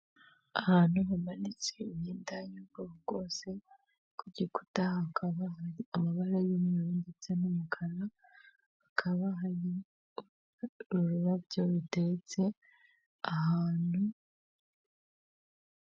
Ahantu hamanitse imyenda y'ubwoko bwose, ku gikuta hakaba hari amabara y'umweru ndetse n'umukara hakaba hari ururabyo rutetse ahantu.